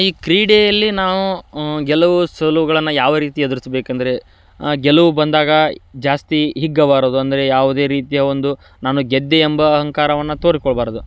ಈ ಕ್ರೀಡೆಯಲ್ಲಿ ನಾವು ಗೆಲುವು ಸೊಲುಗಳನ್ನು ಯಾವ ರೀತಿ ಎದುರಿಸ್ಬೇಕಂದ್ರೆ ಗೆಲುವು ಬಂದಾಗ ಜಾಸ್ತಿ ಹಿಗ್ಗಬಾರದು ಅಂದರೆ ಯಾವುದೇ ರೀತಿಯ ಒಂದು ನಾನು ಗೆದ್ದೆ ಎಂಬ ಅಹಂಕಾರವನ್ನು ತೋರಿಸಿಕೊಳ್ಬಾರ್ದು